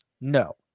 no